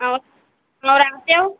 आं ऐं राति जो